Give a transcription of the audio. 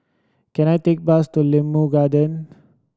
can I take a bus to Limau Garden